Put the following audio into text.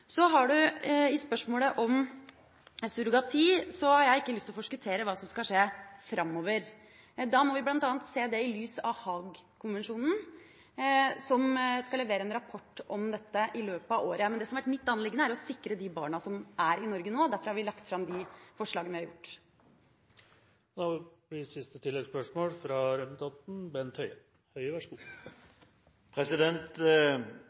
spørsmålet om surrogati, har jeg ikke lyst til å forskuttere hva som skal skje framover. Da må vi bl.a. se det i lys av Haag-konvensjonen, og det skal leveres en rapport om dette i løpet av året. Men det som har vært mitt anliggende, er å sikre de barna som er i Norge nå. Derfor har vi lagt fram de forslagene vi har gjort. Bent Høie – til oppfølgingsspørsmål. Det er ikke lenge siden, det var faktisk så